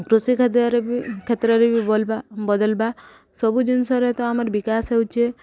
କୃଷି ଖାଦ୍ୟରେ ବି କ୍ଷେତ୍ରରେ ବି ବଦଳିବା ସବୁ ଜିନିଷରେ ତ ଆମର ବିକାଶ ହେଉଛେ